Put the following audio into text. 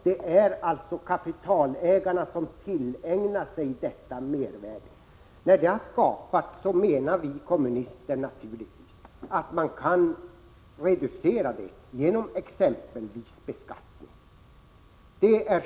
Det är kapitalägarna som tillägnar sig detta mervärde. När detta mervärde har skapats menar vi kommunister — naturligtvis — att man kan reducera det genom exempelvis beskattning.